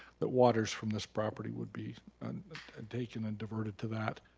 that waters from this property would be and and taken and diverted to that.